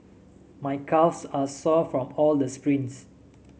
my calves are sore from all the sprints